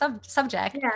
subject